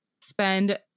spend